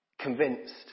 convinced